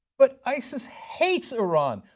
but isis hates iran.